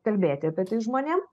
kalbėti apie tai žmonėm